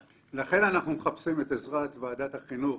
לכן אנחנו מחפשים את עזרת ועדת החינוך